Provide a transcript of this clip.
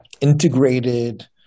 integrated